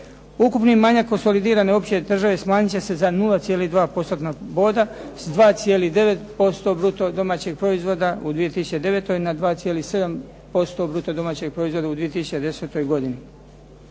Ukupni manjak konsolidirane opće države smanjit će se za 0,2 postotna boda s 2,9% bruto domaćeg proizvoda u 2009. na 2,7% bruto domaćeg proizvoda u 2010. godini.